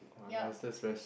ya